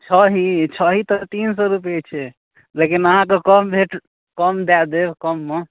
छही छही तऽ तीन सए रुपैये छै लेकिन अहाँके कम भेट कम दै देब कममे